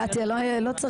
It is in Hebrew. קטיה לא צריך,